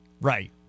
Right